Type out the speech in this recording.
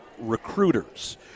recruiters